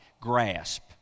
grasp